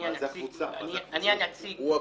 לא.